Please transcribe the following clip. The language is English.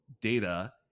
data